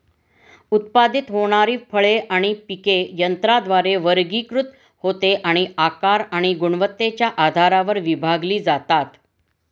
उत्पादित होणारी फळे आणि पिके यंत्राद्वारे वर्गीकृत होते आणि आकार आणि गुणवत्तेच्या आधारावर विभागली जातात